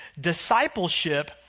Discipleship